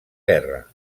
guerra